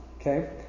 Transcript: Okay